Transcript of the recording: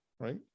Right